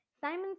Simon